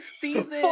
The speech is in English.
season